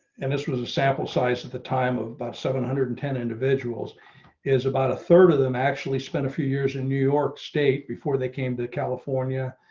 and this was a sample size at the time of about seven hundred and ten individuals is about a third of them actually spent a few years in new york state before they came to california.